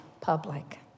public